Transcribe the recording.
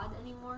anymore